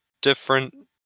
different